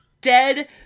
dead